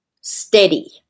steady